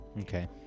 Okay